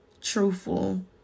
truthful